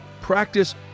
Practice